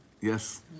Yes